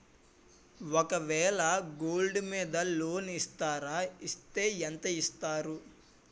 ఒక వేల గోల్డ్ మీద లోన్ ఇస్తారా? ఇస్తే ఎంత ఇస్తారు?